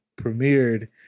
premiered